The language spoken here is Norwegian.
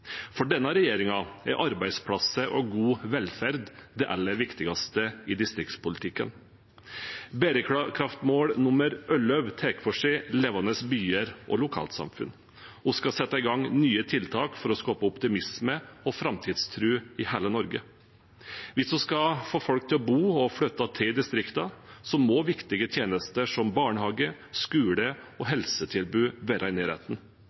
For denne regjeringen er arbeidsplasser og god velferd det aller viktigste i distriktspolitikken. Bærekraftsmål nr. 11 tar for seg levende byer og lokalsamfunn. Vi skal sette i gang nye tiltak for å skape optimisme og framtidstro i hele Norge. Hvis vi skal få folk til å bo i og flytte til distriktene, må viktige tjenester, som barnehage, skole og helsetilbud, være i